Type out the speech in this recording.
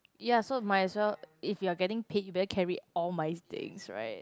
ya so might as well if you're getting paid you better carry all my things right